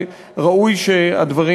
וראוי שהדברים